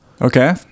Okay